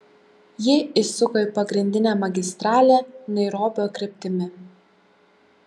ji įsuko į pagrindinę magistralę nairobio kryptimi